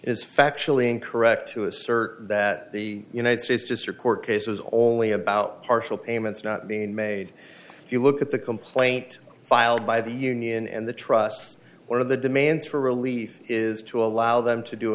is factually incorrect to assert that the united states district court case was only about partial payments not being made if you look at the complaint filed by the union and the trust's one of the demands for relief is to allow them to do